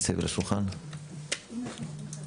הלשכה